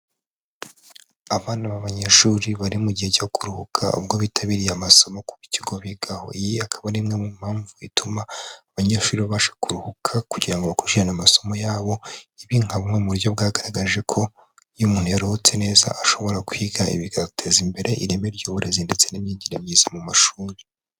Abana b'abanyeshuri bari mu gihe cyo kuruhuka ubwo bitabiriye amasomo ku kigo bigaho; iyi akaba ari imwe mu mpamvu ituma abanyeshuri babasha kuruhuka kugira ngo bakoreshe amasomo yabo. Ibi nka bumwe mu buryo bwagaragaje ko iyo umuntu yaruhutse neza ashobora kwiga bigateza imbere ireme ry'uburezi ndetse n'imyigire byiza mu mashuri.